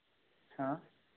हाँ